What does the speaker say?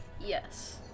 yes